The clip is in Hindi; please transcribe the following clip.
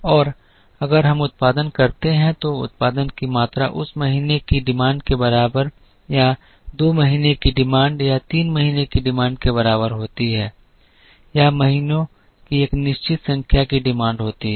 और अगर हम उत्पादन करते हैं तो उत्पादन की मात्रा उस महीने की मांग के बराबर या दो महीने की मांग या तीन महीने की मांग के बराबर होती है या महीनों की एक निश्चित संख्या की मांग होती है